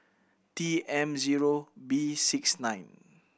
T M zero B six nine